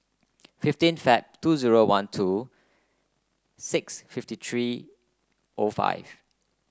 fifteen Feb two zero one two six fifty three O five